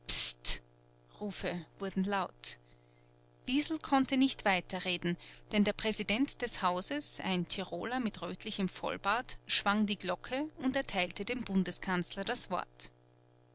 rufe wurden laut wiesel konnte nicht weiterreden denn der präsident des hauses ein tiroler mit rötlichem vollbart schwang die glocke und erteilte dem bundeskanzler das wort